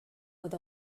with